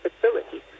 facilities